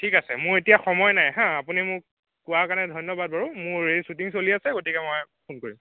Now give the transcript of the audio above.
ঠিক আছে মোৰ এতিয়া সময় নাই হা আপুনি মোক কোৱাৰ কাৰণে ধন্যবাদ বাৰু মোৰ এই শ্বুটিং চলি আছে গতিকে মই ফোন কৰিম